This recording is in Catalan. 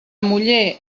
muller